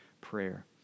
prayer